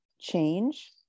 change